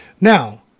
Now